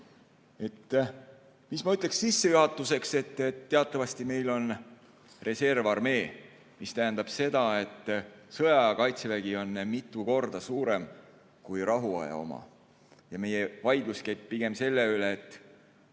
Mis ma ütleksin sissejuhatuseks? Teatavasti meil on reservarmee, mis tähendab seda, et sõjaaja kaitsevägi on mitu korda suurem kui rahuaja oma, ja meie vaidlus käib pigem selle üle, et